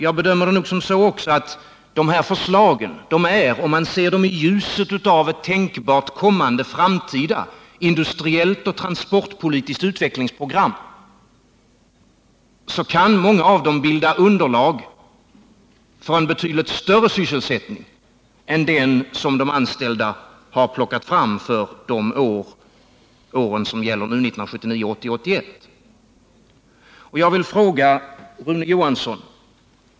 Jag bedömer det så att många av de här förslagen, om man ser dem i ljuset av ett tänkbart framtida industriellt och transportpolitiskt utvecklingsprogram, kan bilda underlag för en betydligt större sysselsättning än den som de anställda har plockat fram för åren 1979-1981.